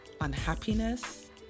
unhappiness